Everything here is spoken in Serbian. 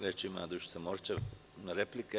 Reč ima Dušica Morčev, replika.